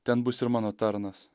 ten bus ir mano tarnas